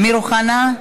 אמיר אוחנה,